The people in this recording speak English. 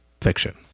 fiction